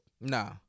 Nah